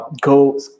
go